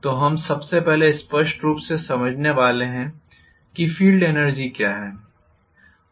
तो हम सबसे पहले स्पष्ट रूप से समझने वाले हैं कि फील्ड एनर्जी क्या है